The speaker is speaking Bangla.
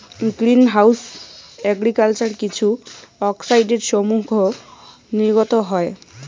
গ্রীন হাউস এগ্রিকালচার কিছু অক্সাইডসমূহ নির্গত হয়